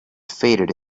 faded